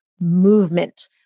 movement